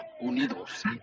Unidos